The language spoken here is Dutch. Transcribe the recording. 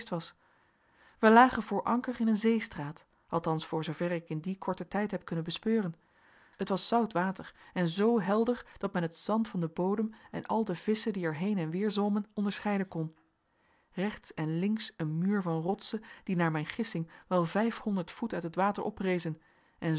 wij lagen voor anker in een zeestraat althans voor zooverre ik in dien korten tijd heb kunnen bespeuren het was zout water en zoo helder dat men het zand van den bodem en al de visschen die er heen en weer zwommen onderscheiden kon rechts en links een muur van rotsen die naar mijn gissing wel vijfhonderd voet uit het water oprezen en